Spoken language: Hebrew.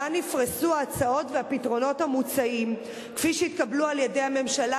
שבו נפרסו ההצעות והפתרונות המוצעים כפי שהתקבלו על-ידי הממשלה,